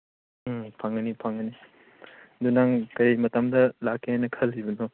ꯎꯝ ꯐꯪꯒꯅꯤ ꯐꯪꯒꯅꯤ ꯑꯗꯨ ꯅꯪ ꯀꯔꯤ ꯃꯇꯝꯗ ꯂꯥꯛꯀꯦꯅ ꯈꯜꯂꯤꯕꯅꯣ